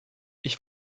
ich